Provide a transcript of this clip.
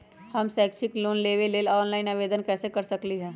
हम शैक्षिक लोन लेबे लेल ऑनलाइन आवेदन कैसे कर सकली ह?